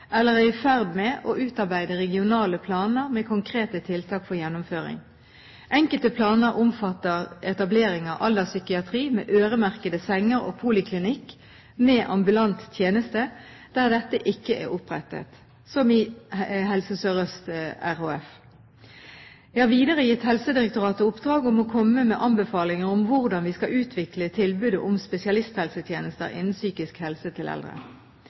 eller er i ferd med, å utarbeide regionale planer med konkrete tiltak for gjennomføring. Enkelte planer omfatter etablering av alderspsykiatri med øremerkede senger og poliklinikk med ambulant tjeneste der dette ikke er opprettet, som i Helse Sør-Øst RHF. Jeg har videre gitt Helsedirektoratet i oppdrag å komme med anbefalinger om hvordan vi skal utvikle tilbudet om spesialisthelsetjenester innen psykisk helse til eldre.